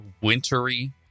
wintery